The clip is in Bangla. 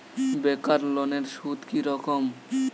বেকার লোনের সুদ কি রকম?